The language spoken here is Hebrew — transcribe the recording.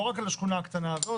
לא רק על השכונה הקטנה הזאת.